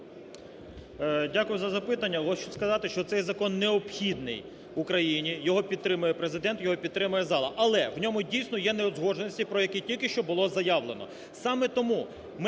Дякую за запитання. Хочу сказати, що цей закон необхідний Україні, його підтримує Президент, його підтримує зала. Але у ньому, дійсно, є неузгодженості, про які тільки що було заявлено. Саме тому ми